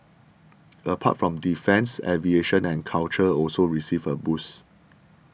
apart from defence aviation and culture also received a boost